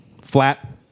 Flat